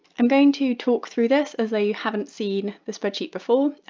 i'm going to talk through this as though you haven't seen the spreadsheet before,